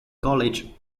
college